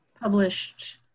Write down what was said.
published